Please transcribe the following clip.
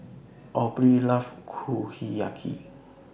Aubrie loves Kushiyaki